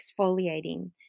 exfoliating